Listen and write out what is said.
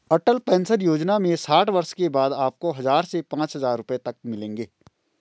अटल pension Yojana में साठ वर्ष के बाद आपको हज़ार से पांच हज़ार रुपए तक मिलेंगे